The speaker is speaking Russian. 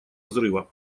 взрыва